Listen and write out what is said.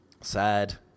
sad